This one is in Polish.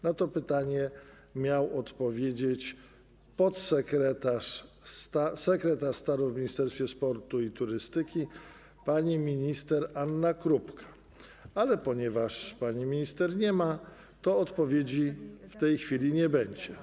Na to pytanie miał odpowiedzieć sekretarz stanu w Ministerstwie Sportu i Turystyki pani minister Anna Krupka, ale ponieważ pani minister nie ma, to odpowiedzi w tej chwili nie będzie.